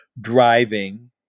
driving